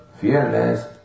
fearless